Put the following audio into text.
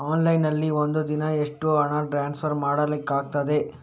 Online ನಲ್ಲಿ ಒಂದು ದಿನ ಎಷ್ಟು ಹಣ ಟ್ರಾನ್ಸ್ಫರ್ ಮಾಡ್ಲಿಕ್ಕಾಗ್ತದೆ?